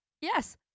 Yes